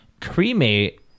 cremate